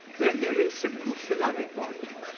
then there is simple syllabic writing.